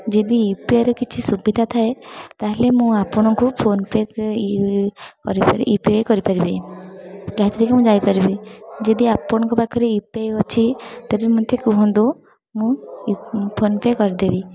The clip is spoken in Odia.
ଯଦି ୟୁପିଆଇର କିଛି ସୁବିଧା ଥାଏ ତା'ହାଲେ ମୁଁ ଆପଣଙ୍କୁ ଫୋନ୍ପେ କରିପାରି ୟୁ ପି ଆଇ କରିପାରିବି ତା'ଥିରେ କି ମୁଁ ଯାଇପାରିବି ଯଦି ଆପଣଙ୍କ ପାଖରେ ୟୁ ପି ଆଇ ଅଛି ତେବେ ମୋତେ କୁହନ୍ତୁ ମୁଁ ଫୋନ୍ପେ କରିଦେବି